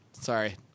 Sorry